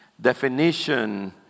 definition